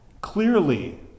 clearly